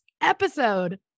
episode